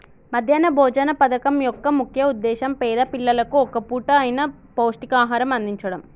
మధ్యాహ్న భోజన పథకం యొక్క ముఖ్య ఉద్దేశ్యం పేద పిల్లలకు ఒక్క పూట అయిన పౌష్టికాహారం అందిచడం